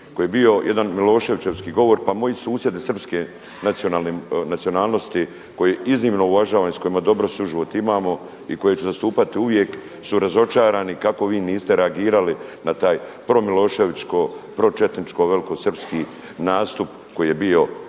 koji je bio jedan Miloševićevski govor. Pa moji susjedi srpske nacionalnosti koje iznimno uvažavam i sa kojima dobar suživot imamo i koji že zastupati uvijek su razočarani kako vi niste reagirali na taj promiloševičko, pročetničko velikosrpski nastup koji je bio